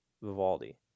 Vivaldi